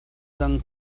dang